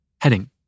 Heading